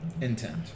Intent